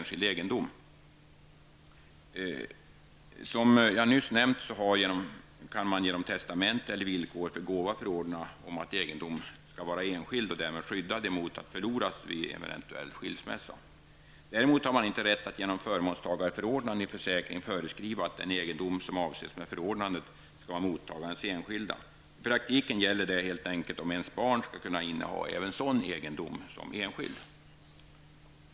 Som jag nyss nämnt kan man genom testamente eller villkor för gåva förordna om att egendom skall vara enskild och därmed vara skyddad emot att förloras vid en eventuell skilsmässa. Däremot har man inte rätt att genom förmånstagarförordnande i försäkring föreskriva att den egendom som avses med förordnandet skall vara mottagarens enskilda. I praktiken gäller det om ens barn skall kunna inneha även sådan egendom som enskild.